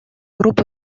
группы